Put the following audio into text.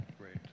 Great